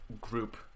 group